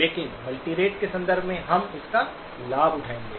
लेकिन मल्टीरेट के संदर्भ में हम इसका लाभ उठाएंगे